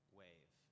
wave